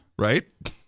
Right